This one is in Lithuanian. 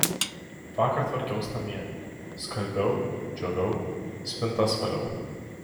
vakar tvarkiaus namie skalbiau džioviau spintas valiau